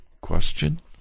question